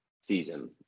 season